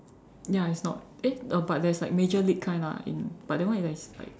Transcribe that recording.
ya it's not eh oh but there's like major league kind lah in but that one is like